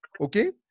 Okay